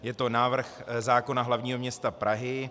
Je to návrh zákona hlavního města Prahy.